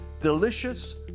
delicious